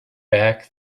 back